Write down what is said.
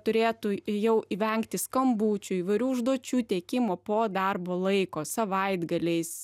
turėtų jau vengti skambučių įvairių užduočių teikimo po darbo laiko savaitgaliais